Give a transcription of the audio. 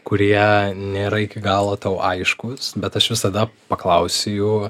kurie nėra iki galo tau aiškūs bet aš visada paklausiu jų